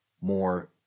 more